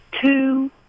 Two